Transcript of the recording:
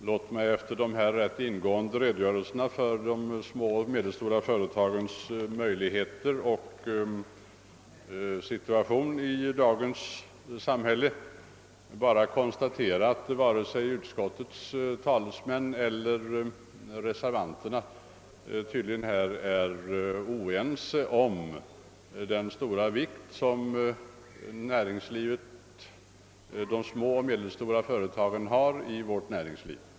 Låt mig efter dessa rätt ingående redogörelser för de små och medelstora företagens situation och möjligheter i dagens samhälle bara konstatera, att varken utskottsmajoritetens talesmän eller reservanterna tydligen är oense i frågan om den stora vikt som de små och medelstora företagen måste tillmätas i vårt näringsliv.